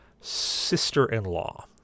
sister-in-law